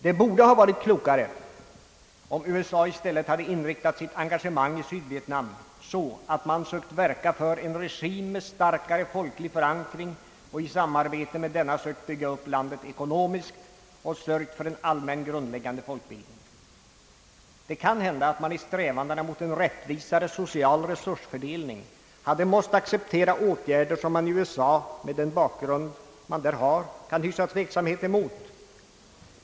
Det borde ha varit klokare, om USA i stället hade inriktat sitt engagemang i Sydvietnam så att man sökt verka för en regim med starkare folklig förankring och i samarbete med denna sökt bygga upp landet ekonomiskt och sörjt för en allmän, grundläggande folkbildning. Det kan hända att man i strävandena mot en rättvisare social resursfördelning hade måst acceptera åtgärder som man i USA med den bakgrund man där har kan hysa tveksamhet mot.